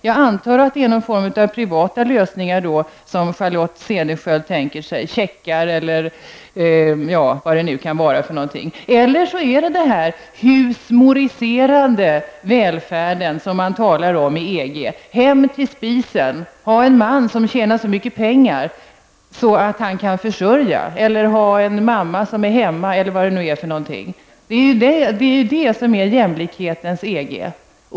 Jag antar att det är någon form av privata lösningar som Charlotte Cederschiöld tänker sig, checkar eller vad det nu kan vara för någonting eller så är det den husmoriserande välfärden som man talar om i EG, hem till spisen, ha en man som tjänar så mycket pengar så att han kan försörja en eller ha en mamma som är hemma. Det är ju det som är jämlikhetens EG.